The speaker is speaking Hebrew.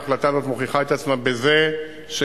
ההחלטה הזו מוכיחה את עצמה בזה שכבר